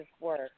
work